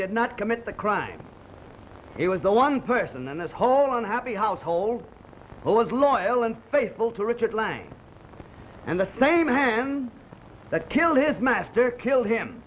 did not commit the crime he was the one person in this whole unhappy household who was loyal and faithful to richard lying and the same man that killed his master killed him